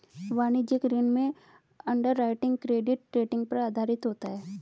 वाणिज्यिक ऋण में अंडरराइटिंग क्रेडिट रेटिंग पर आधारित होता है